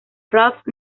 ralph